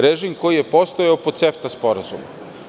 Režim koji je postojao pod CEFTA sporazumu.